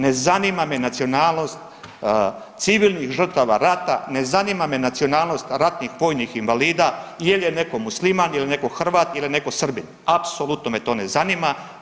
Ne zanima me nacionalnost civilnih žrtava rata, ne zanima me nacionalnost ratnih vojnih invalida jel je neko Musliman, jel je neko Hrvat il je neko Srbin, apsolutno me to ne zanima.